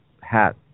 hat